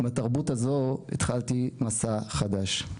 עם התרבות הזו התחלתי מסע חדש.